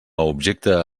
objecte